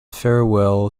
farewell